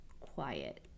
quiet